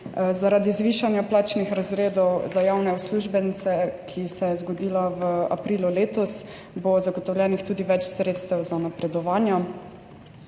Zaradi zvišanja plačnih razredov za javne uslužbence, ki se je zgodilo v aprilu letos, bo zagotovljenih tudi več sredstev za napredovanja.